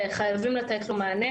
שחייבים לתת לו מענה,